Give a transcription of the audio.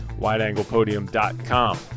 Wideanglepodium.com